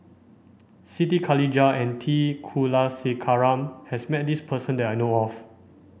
Siti Khalijah and T Kulasekaram has met this person that I know of